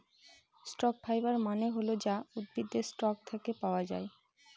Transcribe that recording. stock fibre মানে হল যা উদ্ভিদের স্টক থাকে পাওয়া যায়